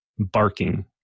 Barking